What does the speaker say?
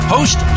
Host